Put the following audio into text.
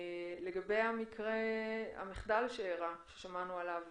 לגבי המחדל שאירע, ששמענו עליו